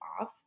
off